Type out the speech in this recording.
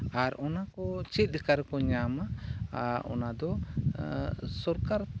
ᱟᱨ ᱚᱱᱟ ᱠᱚ ᱪᱮᱫ ᱞᱮᱠᱟ ᱨᱮᱠᱚ ᱧᱟᱢᱟ ᱟᱨ ᱚᱱᱟᱫᱚ ᱥᱚᱨᱠᱟᱨ